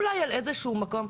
אולי על איזה שהוא מקום...